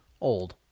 Old